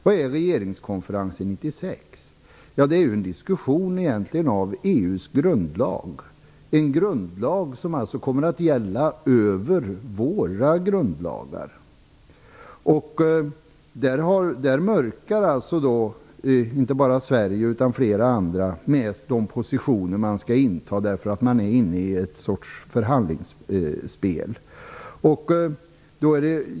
Vad är regeringskonferensen 1996? Det är egentligen en diskussion av EU:s grundlag - en grundlag som alltså kommer att gälla över våra grundlagar. Inte bara Sverige utan flera andra mörkar vad gäller de positioner man skall inta därför att man är inne i en sorts förhandlingsspel.